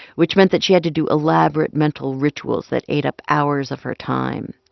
which meant that she had to do elaborate mental rituals that ate up hours of her time.